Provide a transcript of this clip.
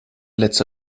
letzte